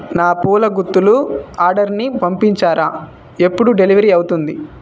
నా పూల గుత్తులు ఆర్డర్ని పంపించారా ఎప్పుడు డెలివర్ అవుతుంది